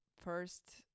first